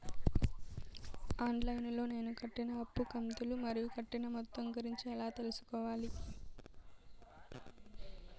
On line లో నేను కట్టిన అప్పు కంతులు మరియు కట్టిన మొత్తం గురించి ఎలా తెలుసుకోవాలి?